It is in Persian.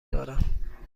دارم